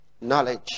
knowledge